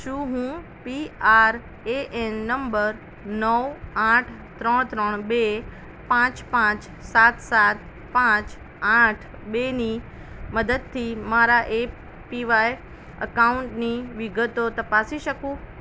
શું હું P R A N number નવ આઠ ત્રણ ત્રણ બે પાંચ પાંચ સાત સાત પાંચ આઠ બેની મદદથી મારા એ પી વાય અકાઉન્ટની વિગતો તપાસી શકું